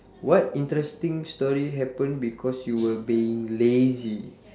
what interesting story happened because you were being lazy